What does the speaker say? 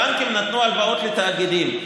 בנקים נתנו הלוואות לתאגידים.